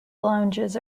lounges